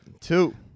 Two